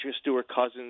Stewart-Cousins